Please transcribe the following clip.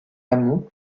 amont